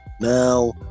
Now